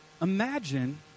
Imagine